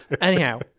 Anyhow